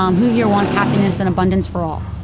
um who here wants happiness and abundance for all?